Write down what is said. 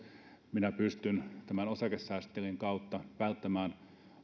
minä pystyn tämän osakesäästötilin kautta välttämään